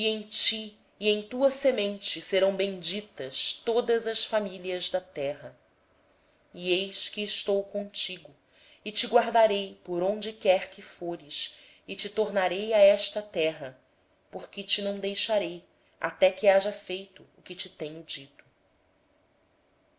ti e da tua descendência serão benditas todas as famílias da terra eis que estou contigo e te guardarei por onde quer que fores e te farei tornar a esta terra pois não te deixarei até que haja cumprido aquilo de que te tenho